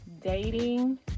dating